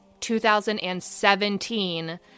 2017